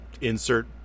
insert